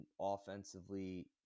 offensively